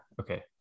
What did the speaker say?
Okay